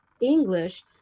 English